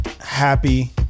happy